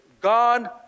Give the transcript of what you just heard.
God